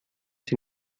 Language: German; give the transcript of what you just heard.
sie